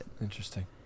Interesting